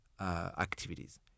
activities